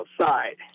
outside